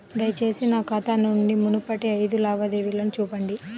దయచేసి నా ఖాతా నుండి మునుపటి ఐదు లావాదేవీలను చూపండి